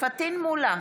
פטין מולא,